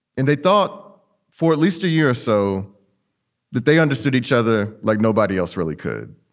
and they thought for at least a year or so that they understood each other. like nobody else really could